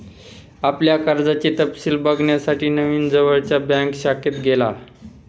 आपल्या कर्जाचे तपशिल बघण्यासाठी नवीन जवळच्या बँक शाखेत गेला